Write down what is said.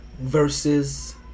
versus